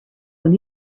when